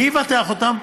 מי יבטח אותם?